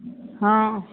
हँ